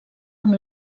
amb